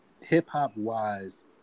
hip-hop-wise